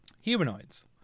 Humanoids